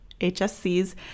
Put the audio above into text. HSCs